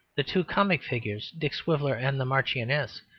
the two comic figures, dick swiveller and the marchioness,